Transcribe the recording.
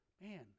Man